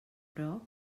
però